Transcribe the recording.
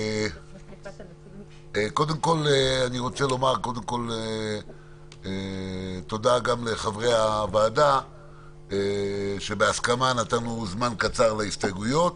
אני רוצה לומר תודה לחברי הוועדה שבהסכמה נתנו זמן קצר להסתייגויות,